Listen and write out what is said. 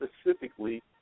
specifically